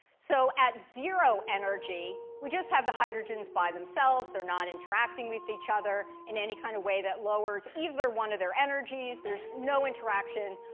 so at zero energy, we just have the hydrogens by themselves. they're not interacting with each other in any kind of way that lowers either one of their energies. there's no interaction,